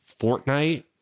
Fortnite